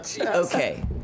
okay